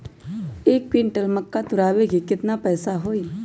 एक क्विंटल मक्का तुरावे के केतना पैसा होई?